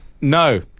No